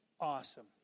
awesome